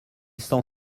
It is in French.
s’en